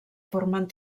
formen